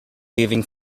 waving